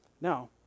Now